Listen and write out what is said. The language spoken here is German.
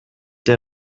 der